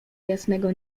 jasnego